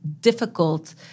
difficult